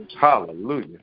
Hallelujah